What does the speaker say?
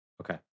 Okay